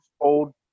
old